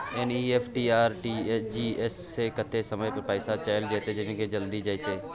NEFT आ RTGS स कत्ते समय म पैसा चैल जेतै आ केना से जल्दी जेतै?